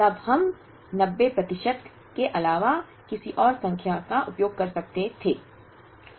तब हम 90 प्रतिशत के अलावा किसी और संख्या का उपभोग कर सकते थे